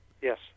Yes